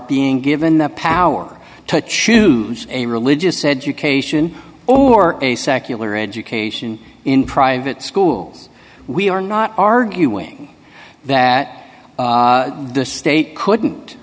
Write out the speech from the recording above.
being given the power to choose a religious education or a secular education in private schools we are not arguing that the state couldn't